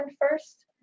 first